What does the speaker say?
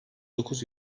dokuz